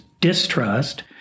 distrust